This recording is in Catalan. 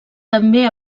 també